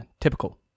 typical